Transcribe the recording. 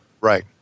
Right